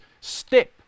step